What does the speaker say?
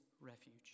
refuge